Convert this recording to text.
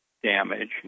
damage